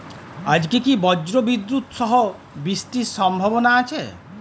আজকে কি ব্রর্জবিদুৎ সহ বৃষ্টির সম্ভাবনা আছে?